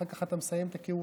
אחר כך אתה מסיים את הכהונה.